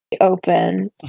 open